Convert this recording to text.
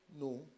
no